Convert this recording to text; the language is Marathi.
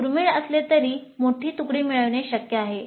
दुर्मिळ असले तरी मोठी तुकडी मिळविणे शक्य आहे